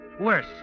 Worse